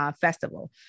Festival